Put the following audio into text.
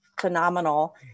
phenomenal